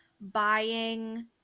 buying